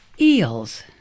Eels